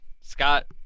Scott